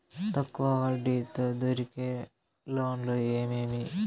తక్కువ వడ్డీ తో దొరికే లోన్లు ఏమేమి